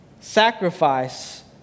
sacrifice